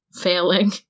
failing